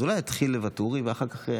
אז אולי ואטורי יתחיל?